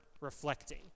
reflecting